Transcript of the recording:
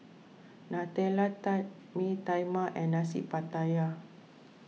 Nutella Tart Mee Tai Mak and Nasi Pattaya